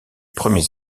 premiers